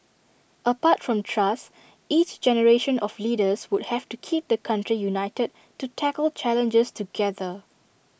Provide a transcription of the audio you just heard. apart from trust each generation of leaders would have to keep the country united to tackle challenges together